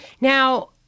now